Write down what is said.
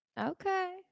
Okay